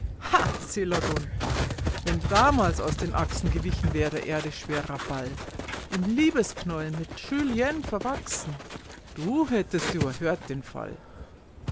wenn damals aus den achsen gewichen wär der erde schwerer ball im liebesknäul mit julien verwachsen du hättest überhört den fall